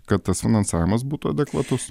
kad tas finansavimas būtų adekvatus